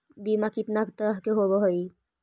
बीमा कितना तरह के होव हइ?